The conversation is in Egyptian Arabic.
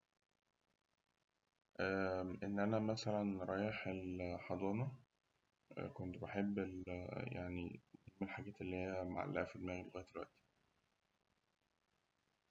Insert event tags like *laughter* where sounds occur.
*hesitation* إن أنا مثلاً رايح الحضانة، كنت بحب ال- من الحاجات اللي معلقة في دماغي لغاية الوقتي.